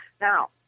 Now